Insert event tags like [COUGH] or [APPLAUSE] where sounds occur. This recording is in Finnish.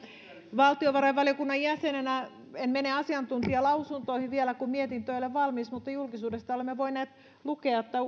valtiovarainvaliokunnan jäsenenä en mene asiantuntijalausuntoihin vielä kun mietintö ei ole valmis mutta julkisuudesta olemme voineet lukea että [UNINTELLIGIBLE]